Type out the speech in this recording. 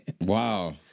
Wow